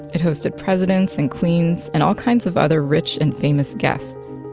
it hosted presidents and queens, and all kinds of other rich and famous guests.